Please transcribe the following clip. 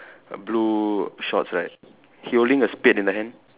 a blue shorts right he holding a spade in the hand